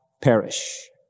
perish